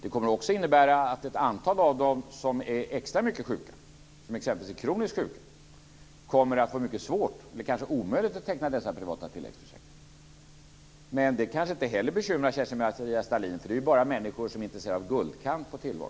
Den kommer också att innebära att ett antal av dem som är extra mycket sjuka, exempelvis kroniskt sjuka, kommer att få mycket svårt att eller inte alls kommer att få teckna privata tilläggsförsäkringar. Men detta bekymrar kanske inte heller Kerstin Maria Stalin, för det är bara människor som är intresserade av guldkant på tillvaron.